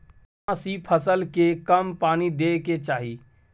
केना सी फसल के कम पानी दैय के चाही?